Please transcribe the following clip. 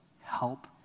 help